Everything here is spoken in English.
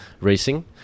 racing